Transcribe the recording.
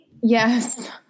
Yes